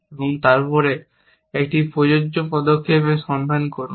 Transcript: এবং তারপরে একটি প্রযোজ্য পদক্ষেপের সন্ধান করুন